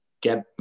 get